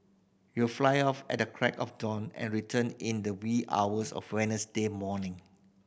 you'll fly off at the crack of dawn and return in the wee hours of Wednesday morning